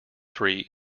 three